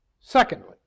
Secondly